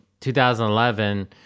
2011